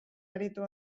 aritu